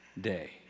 day